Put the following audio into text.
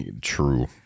True